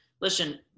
Listen